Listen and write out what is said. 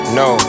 no